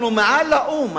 אנחנו מעל האו"ם,